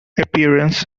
appearance